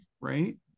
right